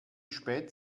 spät